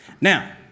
Now